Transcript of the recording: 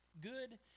good